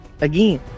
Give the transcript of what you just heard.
Again